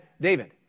david